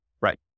right